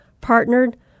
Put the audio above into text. partnered